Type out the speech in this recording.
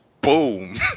boom